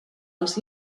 els